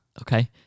Okay